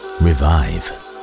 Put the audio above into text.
revive